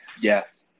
Yes